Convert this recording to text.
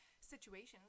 situations